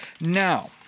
Now